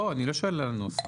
אני לא שואל על הנוסח.